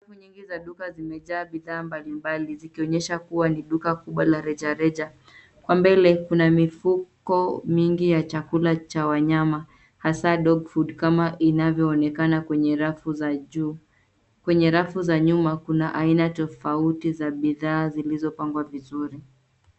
Rafu nyingi za duka zimejaa bidhaa mbalimbali zikionyesha kuwa ni duka kubwa la rejareja. Kwa mbele kuna mifuko mingi ya chakula cha wanyama, hasa dog food kama inavyoonekana kwenye rafu za juu. Kwenye rafu za nyuma, kuna aina tofauti za bidhaa zilizopangwa vizuri.